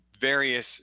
various